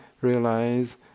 realize